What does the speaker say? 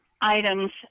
items